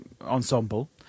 ensemble